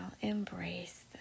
embrace